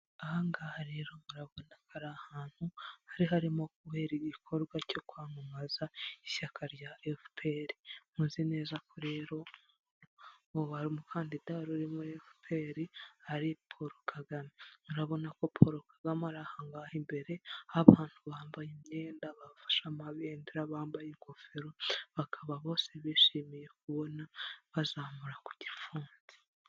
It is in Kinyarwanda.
Ahangaha rero murabona ko ari ahantutu hari harimo kubera igikorwa cyo kwamamaza ishyaka rya FPR. Muzi neza ko rero uwo wari umukandida wari uri muri FPR ari Paul Kagame. Murabona ko Paul Kagame ari aha ngaha imbere, abantu bambaye imyenda bafashe amabendera bambaye ingofero, bakaba bose bishimiye kubona bazamura ku gifunsi.